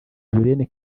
julienne